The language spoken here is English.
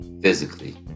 physically